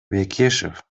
бекешев